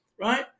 right